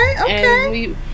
Okay